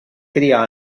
cria